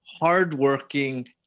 hardworking